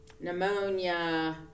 Pneumonia